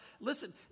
Listen